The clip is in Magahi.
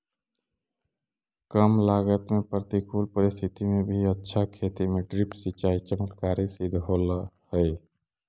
कम लागत में प्रतिकूल परिस्थिति में भी अच्छा खेती में ड्रिप सिंचाई चमत्कारी सिद्ध होल हइ